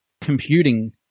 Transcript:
computing